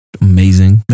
amazing